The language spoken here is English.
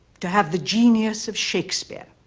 to have the genius of shakespeare.